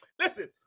Listen